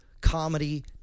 comedy